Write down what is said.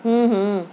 ہوں ہوں